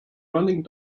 running